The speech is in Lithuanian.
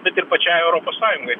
bet ir pačiai europos sąjungai